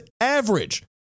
average